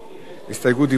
הסתייגות דיבור של חמש דקות.